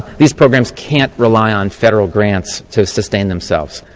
these programs can't rely on federal grant to sustain themselves.